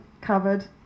covered